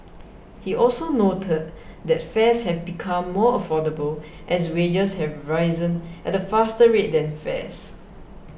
he also noted that fares have become more affordable as wages have risen at a faster rate than fares